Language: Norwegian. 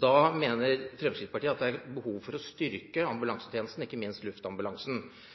Da mener Fremskrittspartiet at det er behov for å styrke ambulansetjenesten, ikke minst luftambulansen.